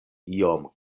iom